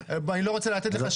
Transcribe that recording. אני לא רוצה לתת לך שיעור עכשיו.